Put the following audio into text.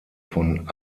von